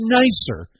nicer